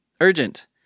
Urgent